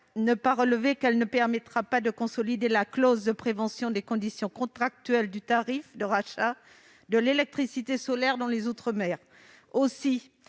le relever, elle ne permettra pas de consolider la clause de prévention des conditions contractuelles du tarif de rachat de l'électricité solaire dans les outre-mer. Aussi,